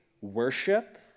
worship